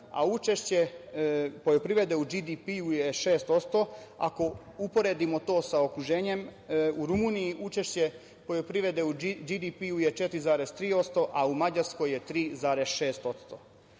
a učešće poljoprivrede u BDP je 6%. Ako uporedimo to sa okruženjem, u Rumuniji učešće poljoprivrede u BDP je 4,3%, a u Mađarskoj je